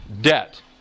debt